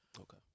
Okay